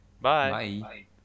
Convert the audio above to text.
Bye